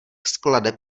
skladeb